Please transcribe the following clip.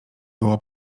było